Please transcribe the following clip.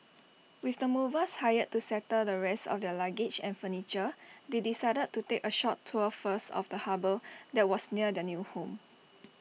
with the movers hired to settle the rest of their luggage and furniture they decided to take A short tour first of the harbour that was near their new home